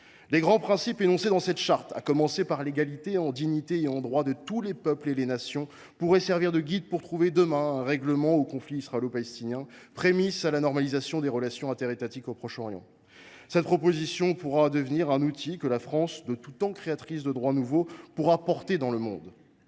Les grands principes énoncés dans cette charte, à commencer par l’égalité en dignité et en droits de tous les peuples et de toutes les nations, pourraient servir de guide pour trouver demain un règlement au conflit israélo palestinien, prémices à la normalisation des relations interétatiques au Proche Orient. Cette proposition pourra devenir un outil que la France, de tout temps créatrice de droits nouveaux, portera dans le monde.